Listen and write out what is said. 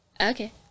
okay